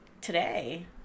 today